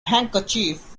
handkerchief